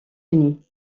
unis